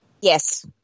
Yes